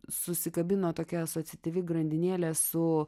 susikabino tokia asociatyvi grandinėlė su